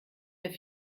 der